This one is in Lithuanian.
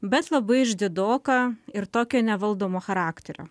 bet labai išdidoka ir tokio nevaldomo charakterio